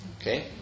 Okay